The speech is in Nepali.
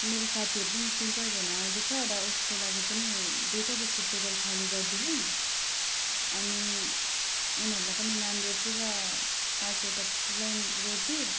मेरो साथीहरू पनि तिन चारजना आउँदैछ र उसको लागि पनि दुइटा जस्तो टेबल खाली गरिदिनु अनि उनीहरूलाई पनि नान् रोटी र पाँचवटा प्लेन रोटी